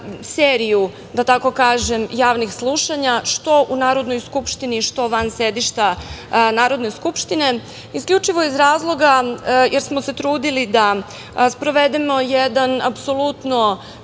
seriju, da tako kažem, javnih slušanja, što u Narodnoj skupštini, što van sedišta Narodne skupštine, isključivo iz razloga jer smo se trudili da sprovedemo jedan apsolutno